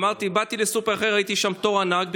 באתי לסופר אחר וראיתי שם תור ענק,